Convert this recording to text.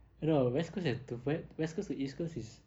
you know ah west coast wes~ west coast east coast is